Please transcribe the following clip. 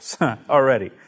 already